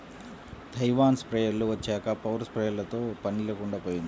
Taiwan స్ప్రేయర్లు వచ్చాక power స్ప్రేయర్లతో పని లేకుండా పోయింది